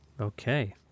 Okay